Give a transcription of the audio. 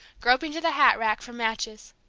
groping to the hat-rack for matches.